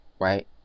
right